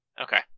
Okay